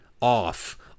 off